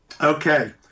Okay